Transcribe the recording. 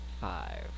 five